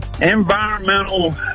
Environmental